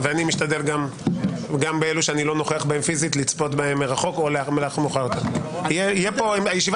ואני משתדל גם לצפות מרחוק גם באלו שאני לא נוכח בהם פיזית.